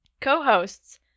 co-hosts